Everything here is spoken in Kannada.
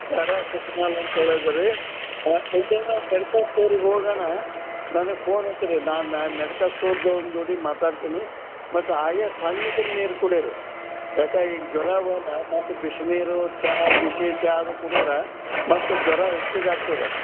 ಪ್ಯಾರಾಶಿಟ್ಮಾಲ್ ಅಂತೇಳದು ರೀ ಹಾಂ ಮೆಡಿಕಲ್ ಸ್ಟೋರಿಗೆ ಹೋಗಣ ನನ್ಗೆ ಫೋನ್ ಹಚ್ಚಿರಿ ನಾ ಮೆಡಿಕಲ್ ಸ್ಟೋರ್ದವ್ನ ಜೋಡಿ ಮಾತಾಡ್ತೀನಿ ಮತ್ತೆ ಹಾಗೇ ತಣ್ಣಗಿನ ನೀರು ಕುಡೀರಿ ಯಾಕೆ ಈ ಜ್ವರ ಅವ ಅಲ್ಲ ಮತ್ತೆ ಬಿಸ್ನೀರು ಚಾ ಬಿಸಿ ಚಾ ಅದು ಕುಡ್ದ್ರೆ ಮತ್ತೆ ಜ್ವರ ಹೆಚ್ಚಿಗಾಗ್ತದೆ